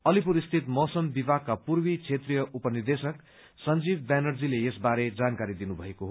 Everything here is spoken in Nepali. अलिपुर स्थित मौसम विभागका पूर्वी क्षेत्रीय उपनिदेशक संजिव ब्यानर्जीले यसबारे जानकारी दिनुभएको हो